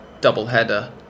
doubleheader